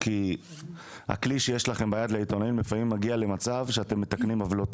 הכלי שיש לעיתונאים מביא למצב שאתם מתקנים עוולות.